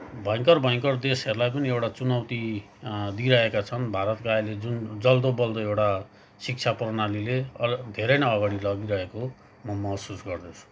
भयङ्कर भयङ्कर देशहरूलाई पनि एउटा चुनौती दिइरहेका छन् भारतका अहिले जुन जल्दो बल्दो शिक्षा प्रणालीले अर धेरै नै अगाडि लगिरहेको म महसुस गर्दछु